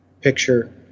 picture